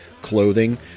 clothing